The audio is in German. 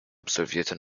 absolvierte